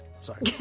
Sorry